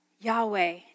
Yahweh